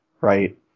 right